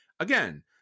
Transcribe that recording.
Again